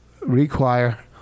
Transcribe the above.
Require